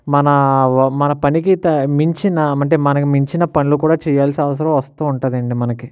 మన ఆ మన పనికి త మించిన అంటే మనకు మించిన పనులు కూడా చెయ్యాల్సిన అవసరం వస్తూ ఉంటుంది అండి మనకు